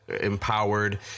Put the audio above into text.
empowered